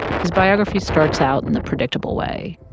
his biography starts out in the predictable way.